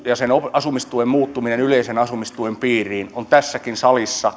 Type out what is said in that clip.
asumistuen muuttuminen yleisen asumistuen piiriin on kaikkien tässäkin salissa